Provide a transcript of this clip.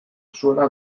zuela